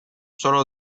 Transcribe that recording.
solo